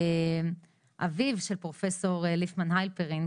אביו של פרופסור ליפמן הלפרין,